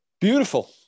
Beautiful